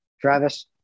Travis